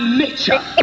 nature